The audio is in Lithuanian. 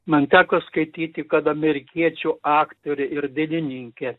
man teko skaityti kad amerikiečių aktorė ir dainininkė